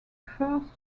first